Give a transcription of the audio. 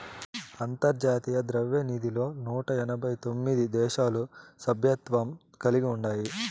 అంతర్జాతీయ ద్రవ్యనిధిలో నూట ఎనబై తొమిది దేశాలు సభ్యత్వం కలిగి ఉండాయి